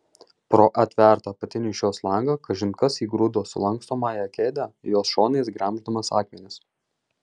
pro atvertą apatinį šios langą kažin kas įgrūdo sulankstomąją kėdę jos šonais gremždamas akmenis